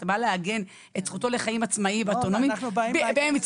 אתה בא לעגן את זכותו לחיים עצמאיים ואוטונומיים באמצעות